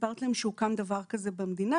סיפרתי להם שהוקם דבר כזה במדינה,